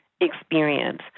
experience